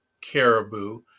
caribou